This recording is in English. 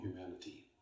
humanity